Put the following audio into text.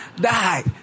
die